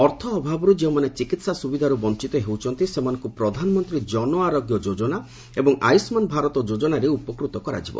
ଅର୍ଥାଭାବରୁ ଯେଉଁମାନେ ଚିକିତ୍ସା ସୁବିଧାରୁ ବଞ୍ଚତ ହେଉଛନ୍ତି ସେମାନଙ୍କୁ ପ୍ରଧାନମନ୍ତ୍ରୀ ଜନ ଆରୋଗ୍ୟ ଯୋଜନା ଏବଂ ଆୟୁଷ୍କାନ ଭାରତ ଯୋଜନାରେ ଉପକୃତ କରାଯିବ